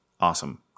awesome